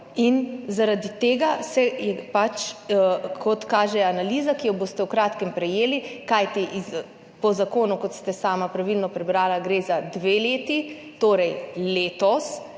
Zaradi tega se je, kot kaže analiza, ki jo boste v kratkem prejeli, kajti po zakonu, kot ste sami pravilno prebrali, gre za dve leti, torej letos